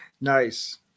Nice